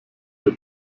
der